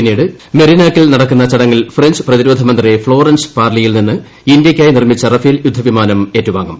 പിന്നീട് മെറിനാക്കിൽ നടക്കുന്ന ചടങ്ങിൽ ഫ്രഞ്ച് പ്രതിരോധമന്ത്രി ഫ്ളോറൻസ് പാർലിയിൽ നിന്ന് ഇന്ത്യയ്ക്കായി നിർമ്മിച്ച റഫേൽ യുദ്ധവിമാനം ഏറ്റുവാങ്ങും